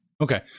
okay